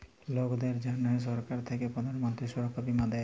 লকদের জনহ সরকার থাক্যে প্রধান মন্ত্রী সুরক্ষা বীমা দেয়